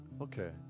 Okay